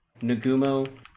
Nagumo